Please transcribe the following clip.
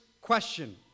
question